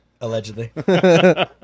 Allegedly